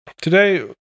Today